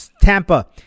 Tampa